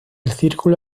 círculo